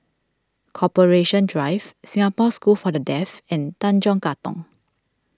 Corporation Drive Singapore School for the Deaf and Tanjong Katong